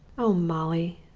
oh, molly,